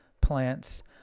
plants